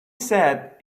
sat